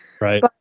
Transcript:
Right